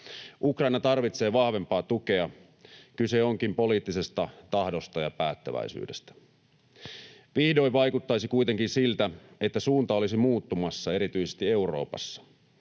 Ukraina tarvitsee vahvempaa tukea. Kyse onkin poliittisesta tahdosta ja päättäväisyydestä. Vihdoin vaikuttaisi kuitenkin siltä, että suunta olisi muuttumassa erityisesti Euroopassa.